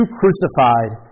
crucified